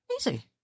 Easy